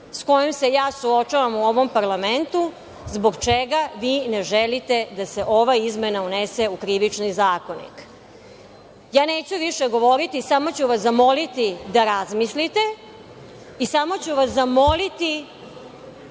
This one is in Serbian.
sa kojom se ja suočavam u ovom parlamentu zbog čega vi ne želite da se ova izmena unese u Krivični zakonik. Ja neću više govoriti, samo ću vas zamoliti da razmislite i samo ću vas zamoliti